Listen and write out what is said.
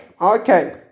okay